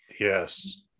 Yes